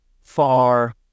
far